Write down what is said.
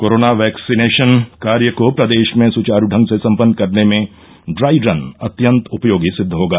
corona vaccination कार्य को प्रदेश में सुचारु ढंग से सम्पन्न करने में डाई रन अत्यन्त उपयोगी सिद्ध होगा